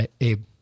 Abe